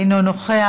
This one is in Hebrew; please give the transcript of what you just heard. אינו נוכח,